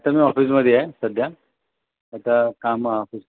आता मी ऑफिसमध्ये आहे सध्या आता काम ऑफिस